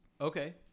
Okay